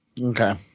okay